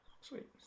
sweet